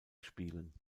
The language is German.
spielen